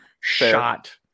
shot